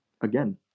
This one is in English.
again